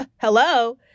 hello